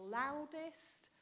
loudest